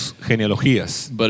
genealogías